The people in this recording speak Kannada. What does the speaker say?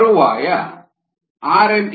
14 21